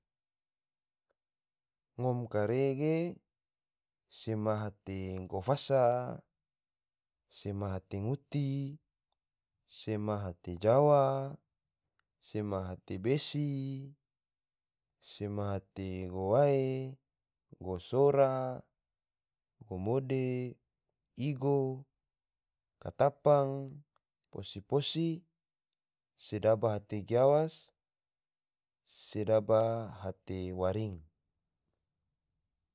Ngom kare ge, sema hate gofasa, sema hate nguti, sema hate jawa, sema hate besi, sema hate guae, gosora, gomode, igo, katapang, posi-posi, sedaba hate giawas, sedaba hate waring